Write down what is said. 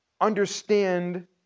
understand